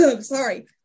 sorry